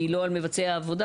היא לא על מבצעי העבודה.